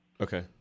Okay